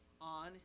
on